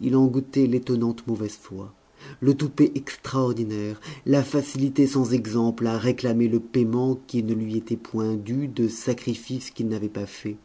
il en goûtait l'étonnante mauvaise foi le toupet extraordinaire la facilité sans exemple à réclamer le paiement qui ne lui était point dû de sacrifices qu'il n'avait pas faits